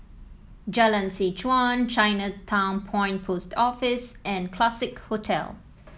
Jalan Seh Chuan Chinatown Point Post Office and Classique Hotel